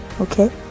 okay